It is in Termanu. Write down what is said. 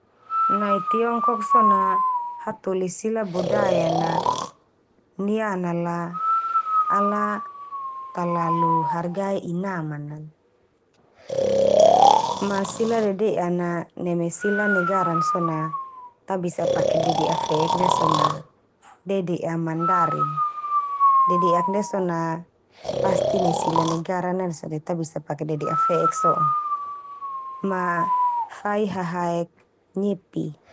Nai Tiongkok so na hatoli sila budaya na, niana la ala talalu hargai inaman nal, ma sila dede'an na neme sila negaran so na, ta bisa pake dede'a fe'ek ndia so na dede'a Mandarin. Dedea'k ndia so na pasti nai sila negara na ndia so de ta bisa pake dede'a fe'ek so'on. Ma fai hahaek Nyepi.